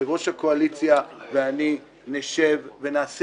יושב-ראש הקואליציה ואני נשב ונעשה